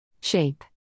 Shape